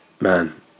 man